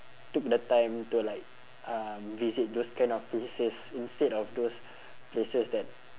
took the time to like um visit those kind of places instead of those places that